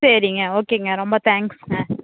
சரிங்க ஓகேங்க ரொம்ப தேங்க்ஸ்ங்க